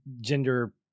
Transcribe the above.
gender